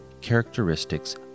characteristics